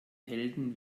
helden